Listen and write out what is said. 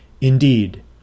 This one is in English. Indeed